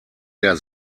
der